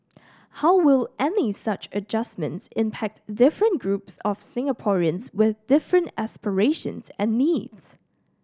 how will any such adjustments impact different groups of Singaporeans with different aspirations and needs